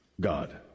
God